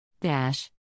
Dash